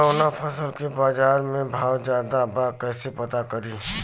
कवना फसल के बाजार में भाव ज्यादा बा कैसे पता करि?